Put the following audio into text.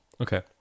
okay